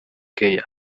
care